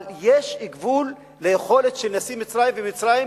אבל יש גבול ליכולת של נשיא מצרים ומצרים